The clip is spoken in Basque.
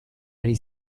ari